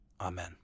amen